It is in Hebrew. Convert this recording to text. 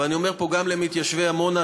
אבל אני אומר פה גם למתיישבי עמונה,